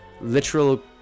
literal